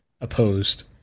opposed